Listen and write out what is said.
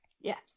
Yes